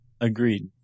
Agreed